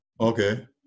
Okay